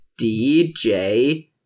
DJ